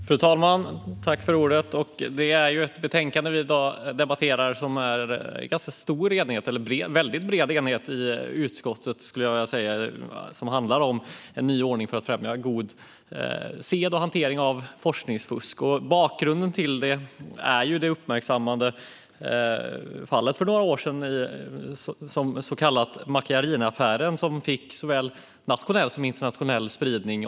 Fru talman! Det råder stor och bred enighet i utskottet om det betänkande vi i dag debatterar. Det handlar om en ny ordning för att främja god sed och hantering av forskningsfusk. Bakgrunden är det uppmärksammade fallet för några år sedan, den så kallade Macchiariniaffären, som fick såväl nationell som internationell spridning.